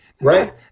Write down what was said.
Right